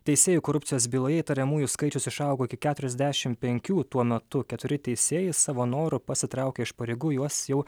teisėjų korupcijos byloje įtariamųjų skaičius išaugo iki keturiasdešim penkių tuo metu keturi teisėjai savo noru pasitraukė iš pareigų juos jau